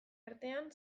artean